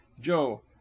Joe